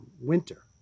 winter